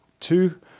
Two